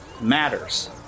matters